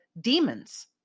demons